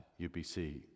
UPC